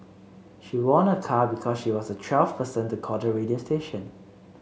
she won a car because she was the twelfth person to call the radio station